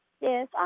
Yes